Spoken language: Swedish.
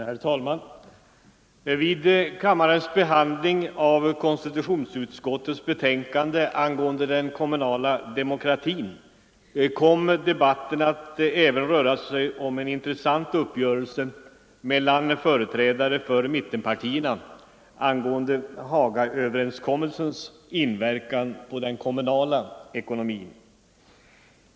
Herr talman! Vid kammarens behandling av konstitutionsutskottets betänkande angående den kommunala demokratin kom debatten även att röra sig om en intressant uppgörelse mellan företrädarna för mittenpartierna om den s.k. Hagaöverenskommelsens inverkan på den kommunala ekonomin.